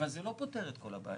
אבל זה לא פותר את כל הבעיה.